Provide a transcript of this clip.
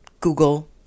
Google